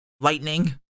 Lightning